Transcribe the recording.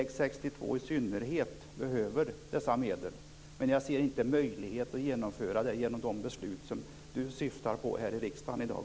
I synnerhet väg 62 behöver dessa medel. Men jag ser inte någon möjlighet att genomföra de beslut som Viviann Gerdin syftar på här i riksdagen i dag.